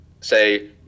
say